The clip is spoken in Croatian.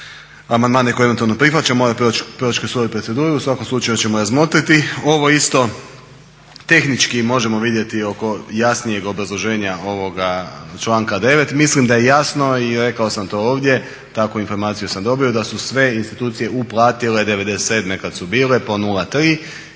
amandmane koje eventualno prihvaćamo moraju proći kroz svoju proceduru. U svakom slučaju ćemo razmotriti. Ovo isto tehnički možemo vidjeti oko jasnijeg obrazloženja ovoga članka 9. Mislim da je jasno i rekao sam to ovdje, takvu informaciju sam dobio da su sve institucije uplatile '97. kad su bile po 0,3